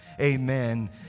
Amen